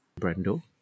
Brando